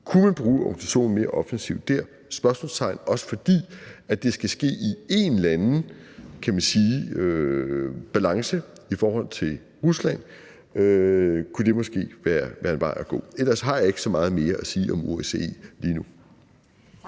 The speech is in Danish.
Kunne man bruge organisationen mere offensivt dér? Også fordi det skal ske i en eller anden, kan man sige, balance i forhold til Rusland. Kunne det måske være en vej at gå? Ellers har jeg ikke så meget mere at sige om OSCE lige nu. Kl.